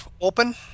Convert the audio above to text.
open